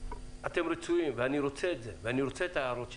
אתם רצויים ואני רוצה את זה ואני רוצה את ההערות שלכם,